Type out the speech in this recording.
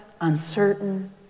uncertain